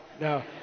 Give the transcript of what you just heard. no